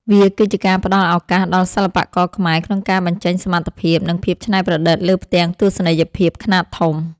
វាគឺជាការផ្ដល់ឱកាសដល់សិល្បករខ្មែរក្នុងការបញ្ចេញសមត្ថភាព និងភាពច្នៃប្រឌិតលើផ្ទាំងទស្សនីយភាពខ្នាតធំ។